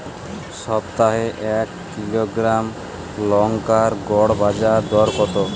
সপ্তাহে এক কিলোগ্রাম লঙ্কার গড় বাজার দর কতো?